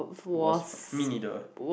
was mean leader